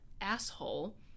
asshole